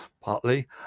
partly